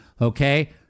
okay